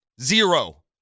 Zero